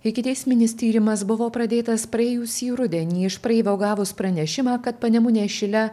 ikiteisminis tyrimas buvo pradėtas praėjusį rudenį iš praeivio gavus pranešimą kad panemunės šile